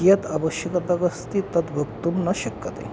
कियत् आवश्यकमस्ति तद्वक्तुं न शक्यते